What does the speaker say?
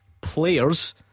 players